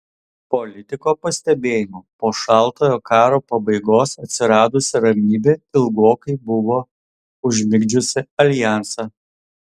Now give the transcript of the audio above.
politiko pastebėjimu po šaltojo karo pabaigos atsiradusi ramybė ilgokai buvo užmigdžiusi aljansą